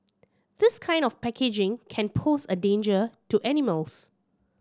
this kind of packaging can pose a danger to animals